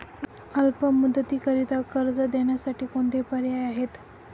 अल्प मुदतीकरीता कर्ज देण्यासाठी कोणते पर्याय आहेत?